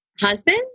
husband